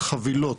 חבילות,